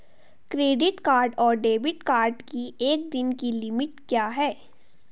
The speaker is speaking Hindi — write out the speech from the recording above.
क्रेडिट कार्ड और डेबिट कार्ड की एक दिन की लिमिट क्या है?